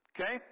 Okay